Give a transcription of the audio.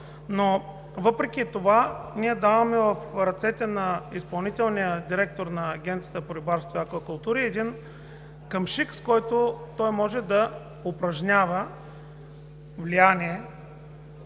но въпреки това ние даваме в ръцете на изпълнителния директор на Агенцията по рибарство и аквакултури един камшик, с който той може да упражнява влияние